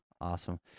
Awesome